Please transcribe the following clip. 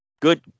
Good